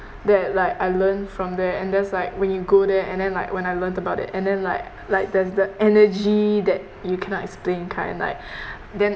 that like I learn from there and there's like when you go there and then like when I learnt about it and then like like there's the energy that you cannot explain kind like then